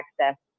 access